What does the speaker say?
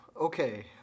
Okay